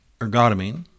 ergotamine